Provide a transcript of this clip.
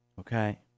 Okay